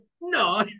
No